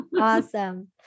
Awesome